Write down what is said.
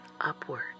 upward